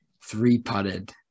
three-putted